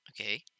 Okay